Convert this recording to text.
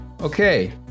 Okay